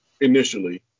initially